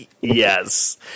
Yes